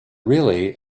really